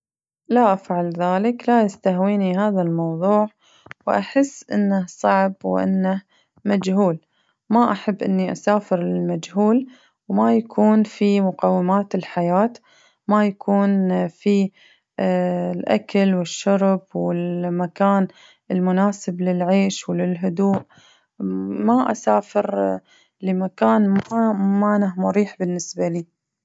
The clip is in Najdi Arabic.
لا أفعل ذلك، لا يستهويني هذا الموضوع وأحس إنه صعب وإنه مجهول، ما أحب إني أسافر للمجهول وما يكون في مقومات الحياة ما يكون في الأكل والشرب والمكان المناسب للعيش وللهدوء ما أسافر لمكان ما مانه مريح بالنسبة لي.